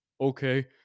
okay